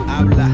habla